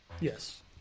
Yes